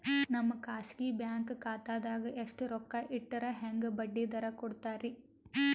ನಮ್ಮ ಖಾಸಗಿ ಬ್ಯಾಂಕ್ ಖಾತಾದಾಗ ಎಷ್ಟ ರೊಕ್ಕ ಇಟ್ಟರ ಹೆಂಗ ಬಡ್ಡಿ ದರ ಕೂಡತಾರಿ?